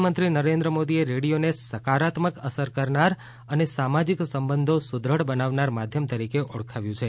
પ્રધાનમંત્રી નરેન્દ્ર મોદીએ રેડિયોને સકારાત્મક અસર કરનાર અને સામાજીક સંબંધો સુદ્રઢ બનાવનાર માધ્યમ તરીકે ઓળખાવ્યું છે